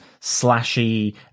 slashy